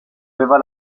aveva